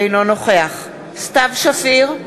אינו נוכח סתיו שפיר,